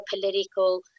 political